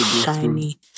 shiny